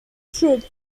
troops